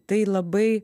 tai labai